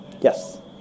Yes